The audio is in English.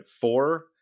four